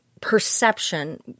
perception